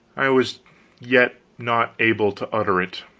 i was yet not able to utter it,